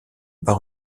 bas